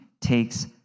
takes